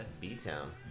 B-Town